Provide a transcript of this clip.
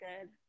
good